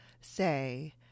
say